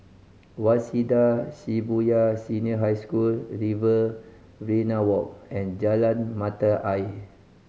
Waseda Shibuya Senior High School Riverina Walk and Jalan Mata Ayer